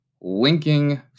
linking